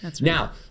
Now